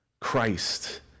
Christ